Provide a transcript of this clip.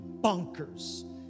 bonkers